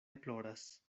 ploras